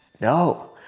No